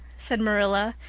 said marilla,